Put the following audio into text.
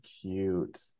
cute